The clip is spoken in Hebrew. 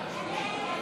הוועדה,